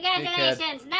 Congratulations